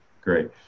great